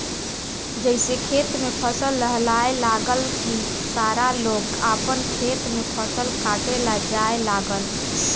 जइसे खेत में फसल लहलहाए लागल की सारा लोग आपन खेत में फसल काटे ला जाए लागल